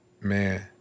Man